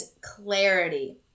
clarity